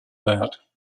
that